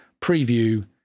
preview